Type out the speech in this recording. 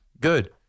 Good